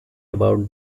about